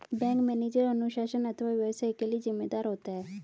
bank manager अनुशासन अथवा व्यवसाय के लिए जिम्मेदार होता है